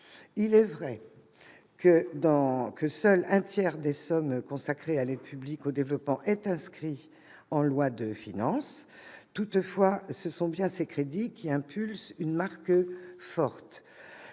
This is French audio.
Il est vrai que seul un tiers des sommes consacrées à l'aide publique au développement est inscrit en loi de finances. Toutefois, ce sont bien ces crédits qui impulsent une marque forte.